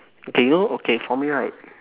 okay you know okay for me right